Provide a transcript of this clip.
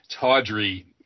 tawdry